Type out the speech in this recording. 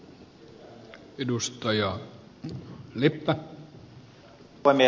herra puhemies